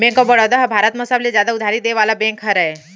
bank of Baroda ह भारत म सबले जादा उधारी देय वाला बेंक हरय